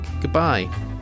goodbye